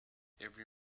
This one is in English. every